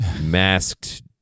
masked